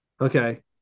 okay